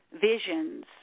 visions